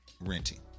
renting